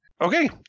Okay